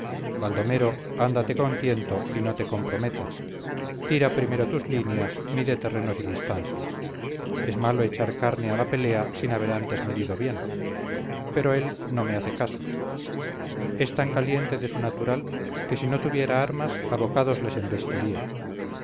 baldomero ándate con tiento y no te comprometas tira primero tus líneas mide terrenos y distancias es malo echar carne a la pelea sin haber antes medido bien pero él no me hace caso es tan caliente de su natural que si no tuviera armas a bocados les embestiría